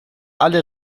alle